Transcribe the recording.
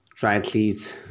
triathletes